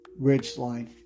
Ridgeline